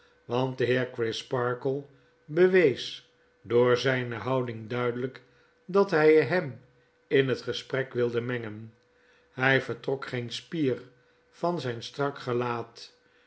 want de heer crisparkle bewees door zijne houding duidelijk dat hij hem in het gesprek wilde mengen hij vertrok geen spier van zijn strak gelaat